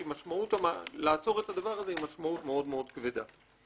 כי המשמעות של עצירת הדבר הזה היא משמעות כבדה מאוד.